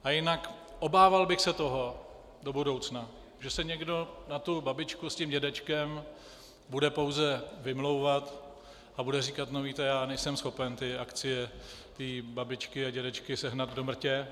A jinak, obával bych se toho do budoucna, že se někdo na tu babičku s tím dědečkem bude pouze vymlouvat a bude říkat, víte, já nejsem schopen ty akcie tý babičky a dědečka sehnat do mrtě.